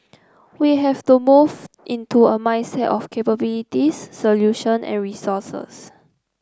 we have to move into a mindset of capabilities solution and resources